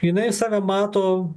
jinai save mato